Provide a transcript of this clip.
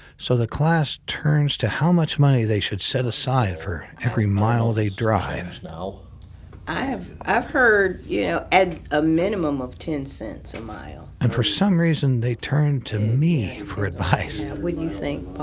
so the class turns to how much money they should set aside for every mile they drive. i've i've heard you at a minimum of ten cents a mile, and for some reason they turn to me for advice what do you think, ah